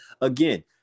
again